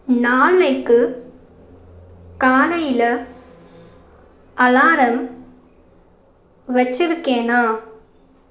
நாளைக்கு காலையில் அலாரம் வைச்சிருக்கேனா